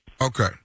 Okay